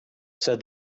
said